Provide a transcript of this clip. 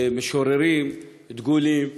משוררים דגולים.